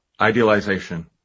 Idealization